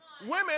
Women